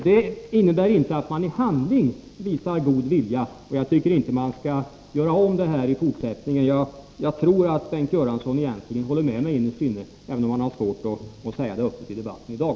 Det innebär inte att man i handling visar någon god vilja, och jag tycker inte att man skall göra om detta i fortsättningen. Jag tror att Bengt Göransson håller med mig innerst inne, även om han har svårt att säga det öppet i debatten i dag.